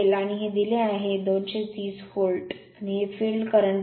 आणि हे दिले आहे 230 व्होल्ट आणि हे फील्ड करंट If आहे